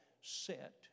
set